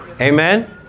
Amen